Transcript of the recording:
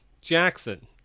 Jackson